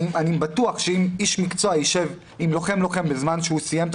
אני בטוח שאם איש מקצוע יישב עם כל לוחם כאשר סיים את